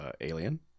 Alien